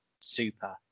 super